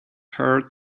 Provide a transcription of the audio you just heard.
her